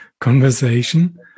conversation